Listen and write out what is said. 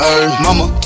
Mama